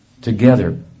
together